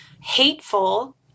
hateful